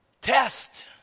Test